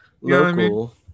local